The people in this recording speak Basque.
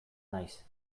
naiz